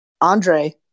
Andre